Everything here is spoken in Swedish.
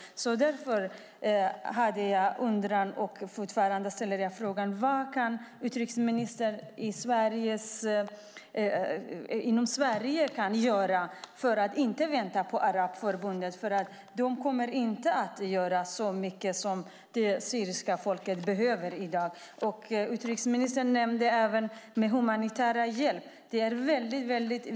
Därför undrar jag, och ställer fortfarande frågan: Vad kan utrikesministern göra inom Sverige för att vi inte ska behöva vänta på Arabförbundet? De kommer inte att göra så mycket som det syriska folket behöver i dag. Utrikesministern nämnde humanitär hjälp. Det är väldigt viktigt.